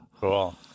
Cool